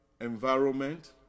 environment